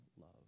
love